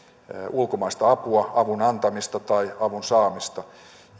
ulkomaista apua avun antamista tai avun saamista